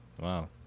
Wow